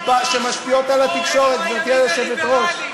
הביקורת בשבועות האחרונים,